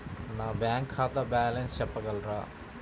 నా బ్యాంక్ ఖాతా బ్యాలెన్స్ చెప్పగలరా?